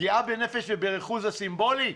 פגיעה בנפש וברכוש זה סימבולי?